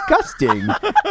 disgusting